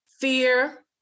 fear